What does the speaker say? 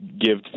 give